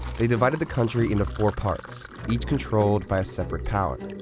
they divided the country into four parts, each controlled by a separate power.